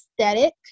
aesthetic